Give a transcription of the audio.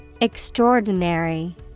Extraordinary